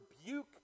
rebuke